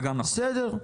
בסדר.